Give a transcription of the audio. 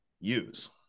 use